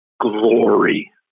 glory